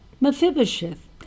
Mephibosheth